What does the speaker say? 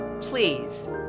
Please